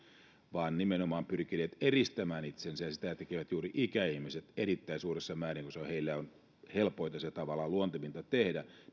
vaan nimenomaan pyrkineet eristämään itsensä ja sitähän tekevät juuri ikäihmiset erittäin suuressa määrin koska heille se on helpointa tavallaan luontevinta tehdä